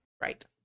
Right